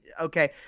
Okay